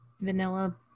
vanilla